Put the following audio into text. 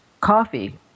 coffee